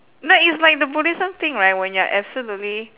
like it's like the buddhism thing right when you're absolutely